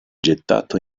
gettato